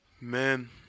Man